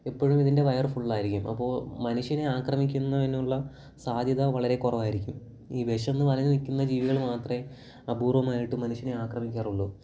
എപ്പോഴുമിതിൻ്റെ വയറ് ഫുള്ളായിരിക്കും അപ്പോൾ മനുഷ്യനെ ആക്രമിക്കുന്നതിനുള്ള സാദ്ധ്യത വളരെ കുറവായിരിക്കും ഈ വിശന്നു വലഞ്ഞു നിൽക്കുന്ന ജീവികൾ മാത്രമേ അപൂർവ്വമായിട്ടും മനുഷ്യനെ ആക്രമിക്കാറുള്ളു